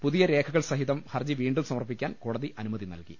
പുതിയ രേഖ കൾ സഹിതം ഹർജി വീണ്ടും സമർപ്പിക്കാൻ കോടതി അനുമതി നൽകി